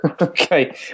okay